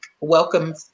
welcome